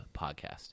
podcast